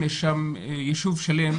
יש שם ישוב שלם